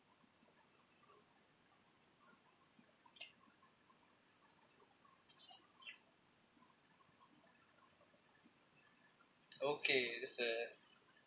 okay this uh